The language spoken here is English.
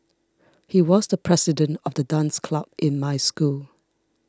he was the president of the dance club in my school